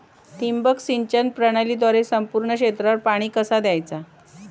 ठिबक सिंचन प्रणालीद्वारे संपूर्ण क्षेत्रावर पाणी कसा दयाचा?